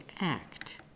act